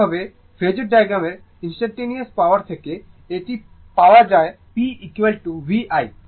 এইভাবে ফেজোর ডায়াগ্রামের instantaneous power থেকে এটি পাওয়া গেছে p v i